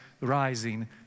rising